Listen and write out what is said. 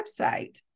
website